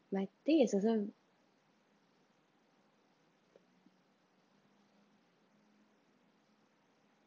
but I think it's also